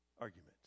argument